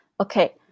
Okay